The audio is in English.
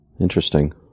interesting